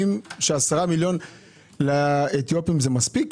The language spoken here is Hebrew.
חושבים ש-10 מיליון לאתיופים זה מספיק?